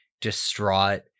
distraught